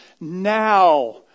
now